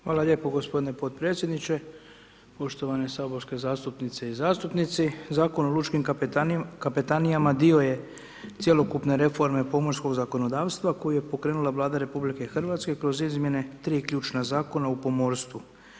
Hvala lijepo gospodine podpredsjedniče, poštovane saborske zastupnice i zastupnici, Zakon o lučkim kapetanijama dio je cjelokupne reforme pomorskog zakonodavstva koju je pokrenula Vlada RH kroz izmjene tri ključna zakona u pomorstvu.